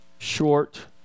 short